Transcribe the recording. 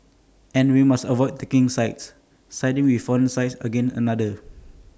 and we must avoid taking sides siding with one side against another